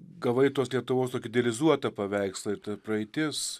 gavai tos lietuvos tokį idealizuotą paveikslą ir ta praeitis